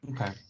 Okay